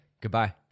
Goodbye